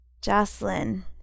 Jocelyn